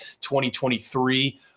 2023